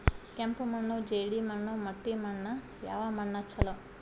ಕೆಂಪು ಮಣ್ಣು, ಜೇಡಿ ಮಣ್ಣು, ಮಟ್ಟಿ ಮಣ್ಣ ಯಾವ ಮಣ್ಣ ಛಲೋ?